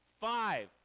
five